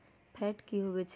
Fat की होवछै?